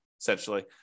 essentially